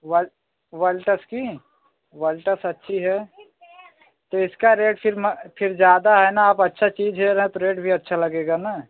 वल वल्टस की वल्टस अच्छी है तो इसका रेट फिर म फिर ज़्यादा है ना आप अच्छी चीज़ ले रहे हैं तो रेट भी अच्छा लगेगा ना